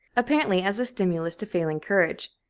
apparently as a stimulus to failing courage.